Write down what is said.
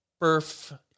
Perf